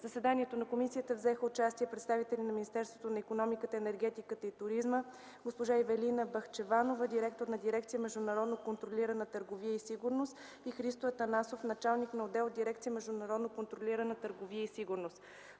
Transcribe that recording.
В заседанието на комисията взеха участие представители на Министерството на икономиката, енергетиката и туризма: Ивелина Бахчеванова – директор на Дирекция "Международно контролирана търговия и сигурност", и Христо Атанасов – началник на отдел в Дирекция "Международно контролирана търговия и сигурност”.